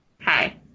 Hi